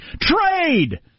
Trade